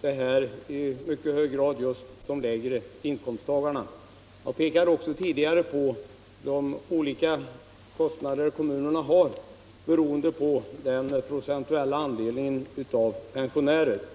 detta i mycket hög grad just de lägre inkomsttagarna. Jag pekade också tidigare på de olika kostnader kommunerna har beroende på den procentuella andelen pensionärer.